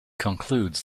concludes